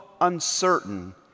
uncertain